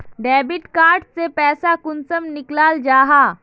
Debit card से पैसा कुंसम निकलाल जाहा?